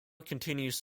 continues